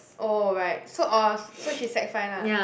oh right so oh so she sec five lah